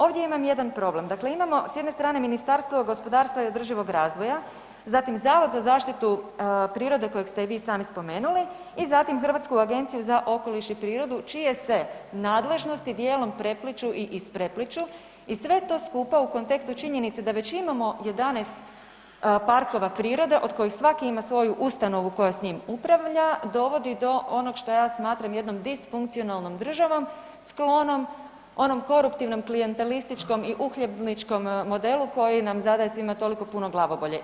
Ovdje imam jedan problem, dakle imamo s jedne strane Ministarstvo gospodarstva i održivog razvoja, zatim Zavod za zaštitu prirode kojeg ste i vi sami spomenuli i zatim Hrvatsku agenciju za okoliš i prirodu čije se nadležnosti dijelom prepliću i isprepliću i sve to skupa u kontekstu činjenice da već imamo 11 parkova prirode od kojih svaki ima svoju ustanovu koja s njim upravlja dovodi do onog što ja smatram jednom disfunkcionalnom državom sklonom onom koruptivnom klijentelističkom i uhljebničkom modelu koji nam zadaje svima toliko puno glavobolje.